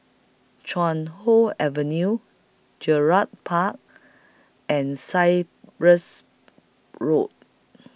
Chuan Hoe Avenue Gerald Park and Cyprus Road